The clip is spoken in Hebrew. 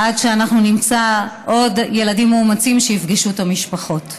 עד שאנחנו נמצא עוד ילדים מאומצים שיפגשו את המשפחות.